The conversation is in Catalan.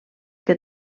que